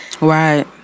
Right